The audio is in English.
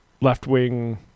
left-wing